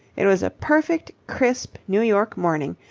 it was a perfect, crisp new york morning,